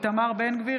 איתמר בן גביר,